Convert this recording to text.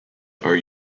are